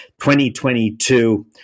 2022